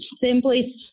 simply